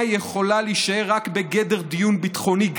יכולה להישאר רק בגדר דיון בטחוני גרידא,